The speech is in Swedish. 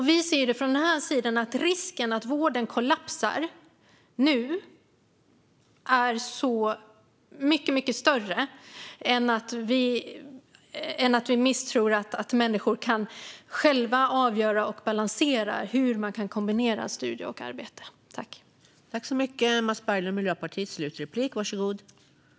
Vi från den här sidan ser att risken att vården kollapsar nu är mycket större än vår misstro när det gäller att människor själva kan avgöra och balansera hur studier och arbete kan kombineras.